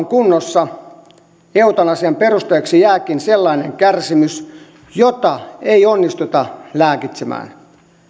kunnossa eutanasian perusteeksi jääkin sellainen kärsimys jota ei onnistuta lääkitsemään